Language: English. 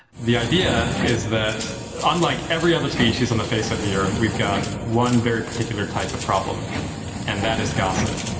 the idea is that unlike every other species on the face of the earth we've got one very particular type of problem and that is gossip.